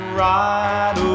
right